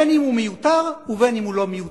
בין אם הוא מיותר ובין אם הוא לא מיותר.